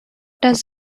does